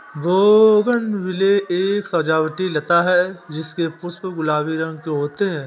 bougainvillea एक सजावटी लता है जिसके पुष्प गुलाबी रंग के होते है